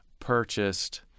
purchased